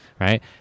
right